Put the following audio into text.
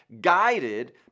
guided